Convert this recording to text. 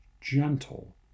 gentle